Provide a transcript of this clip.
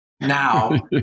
now